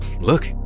Look